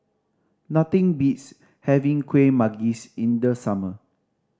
nothing beats having Kuih Manggis in the summer